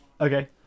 Okay